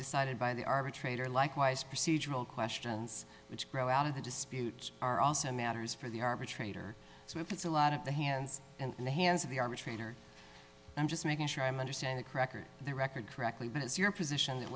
decided by the arbitrator likewise procedural questions which grow out of the disputes are also matters for the arbitrator so it puts a lot of the hands and in the hands of the arbitrator i'm just making sure i'm understanding cracker the record correctly but it's your position that